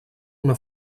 una